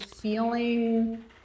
feeling